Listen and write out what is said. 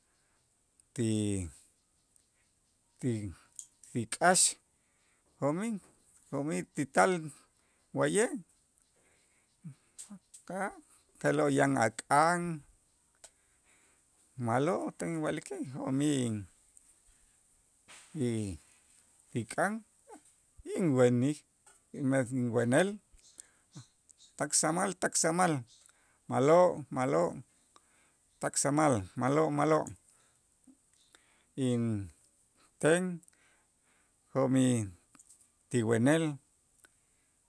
ti ti ti k'aax jo'mij jo'mij ti tal wa'ye' te'lo' yan a' kan ma'lo' tan inwa'liken jo'mij in y ti k'aan inwenij inwenel tak samal, tak samal ma'lo', ma'lo' tak samal ma'lo' ma'lo', inten jo'mij ti wenel.